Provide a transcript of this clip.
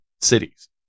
cities